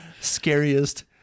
scariest